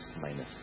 minus